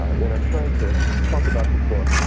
when i'm trying to talk about the book,